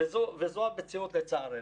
זו המציאות לצערנו.